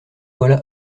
voilà